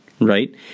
right